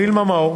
וילמה מאור,